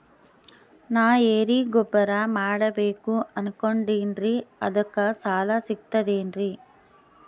ನಾ ಎರಿಗೊಬ್ಬರ ಮಾಡಬೇಕು ಅನಕೊಂಡಿನ್ರಿ ಅದಕ ಸಾಲಾ ಸಿಗ್ತದೇನ್ರಿ?